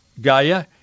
Gaia